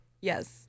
Yes